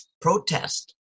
protest